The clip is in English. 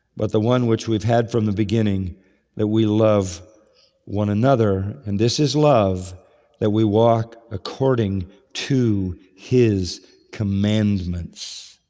but the one which we've had from the beginning that we love one another. and this is love that we walk according to his commandments.